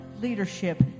leadership